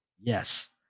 yes